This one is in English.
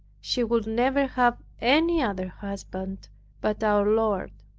she would never have any other husband but our lord.